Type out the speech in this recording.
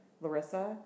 Larissa